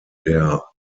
der